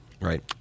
right